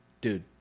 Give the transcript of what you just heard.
dude